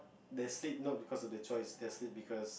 they sleep no because of their choice they sleep because